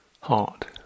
heart